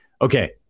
Okay